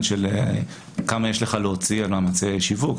של כמה יש לך להוציא על מאמצי השיווק.